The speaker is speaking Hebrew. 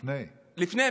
לפני מלחמת ששת הימים.